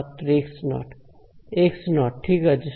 ছাত্র x0 x0 ঠিক আছে